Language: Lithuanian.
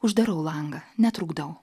uždarau langą netrukdau